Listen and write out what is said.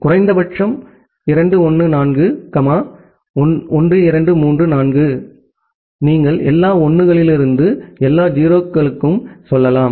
குறைந்தபட்சம் 2 1 4 1 2 3 4 நீங்கள் எல்லா 1 களில் இருந்து எல்லா 0 களுக்கும் செல்லலாம்